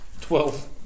Twelve